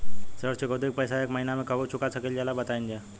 ऋण चुकौती के पैसा एक महिना मे कबहू चुका सकीला जा बताईन जा?